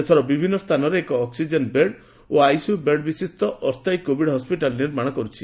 ଦେଶର ବିଭିନ୍ନ ସ୍ଥାନରେ ଏକ ଅକ୍ନିଜେନ ବେଡ ଓ ଆଇସିୟୁ ବେଡ ବିଶିଷ୍ ଅସ୍ତାୟୀ କୋବିଡ ହସପିଟାଲ ନିର୍ମାଣ କରୁଛି